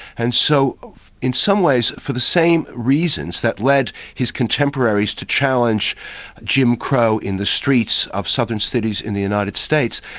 and so in some ways, for the same reasons that led his contemporaries to challenge jim crow in the streets of southern cities in the united states,